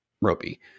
ropey